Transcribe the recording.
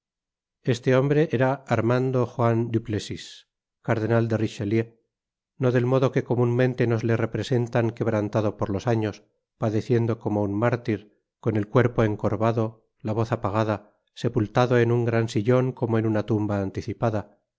este hombre era armando juan duplessis cardenal de richelieu no del modo que comunmen'o nos le representan quebrantado por los años padeciendo como un mártir con el cuerpo encorvado la voz apagada sepultado en un gran sillon como en una tumba anticipada